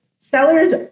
sellers